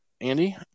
Andy